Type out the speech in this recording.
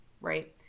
right